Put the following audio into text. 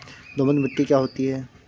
दोमट मिट्टी क्या होती हैं?